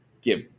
give